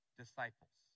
disciples